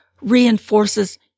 reinforces